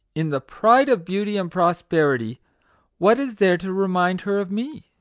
in the pride of beauty and prosperity what is there to remind her of me?